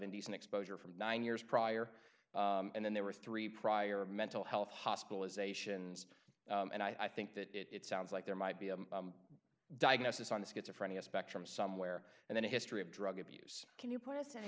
indecent exposure for nine years prior and then there were three prior mental health hospitalizations and i think that it sounds like there might be a diagnosis on the schizophrenia spectrum somewhere and then a history of drug abuse can you p